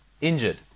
Injured